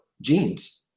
genes